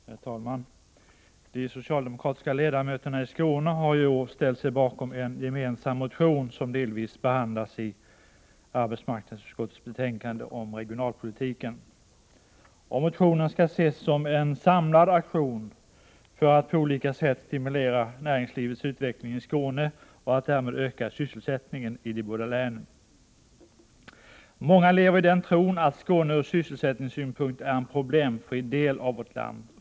Herr talman! De socialdemokratiska ledamöterna i Skåne har i år ställt sig bakom en gemensam motion, som delvis behandlas i arbetsmarknadsutskottets betänkande om regionalpolitiken. Motionen skall anses som en samlad aktion för att på olika sätt stimulera näringslivets utveckling i Skåne och att därmed öka sysselsättningen i de båda länen. Många lever i den tron att Skåne är en ur sysselsättningssynpunkt problemfri del av vårt land.